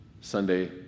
Sunday